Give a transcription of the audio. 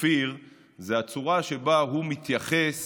אופיר זה הצורה שבה הוא מתייחס